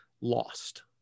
lost